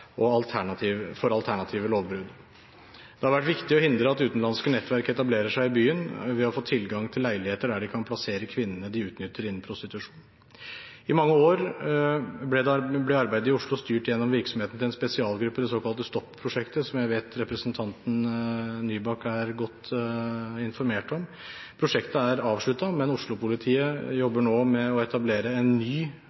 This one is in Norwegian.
for alternative lovbrudd. Det har vært viktig å hindre at utenlandske nettverk etablerer seg i byen. Vi har fått tilgang til leiligheter der de kan plassere kvinnene de utnytter innen prostitusjon. I mange år ble arbeidet i Oslo styrt gjennom virksomheten til en spesialgruppe, det såkalte Stopp-prosjektet, som jeg vet representanten Nybakk er godt informert om. Prosjektet er avsluttet, men Oslo-politiet jobber nå med å etablere en ny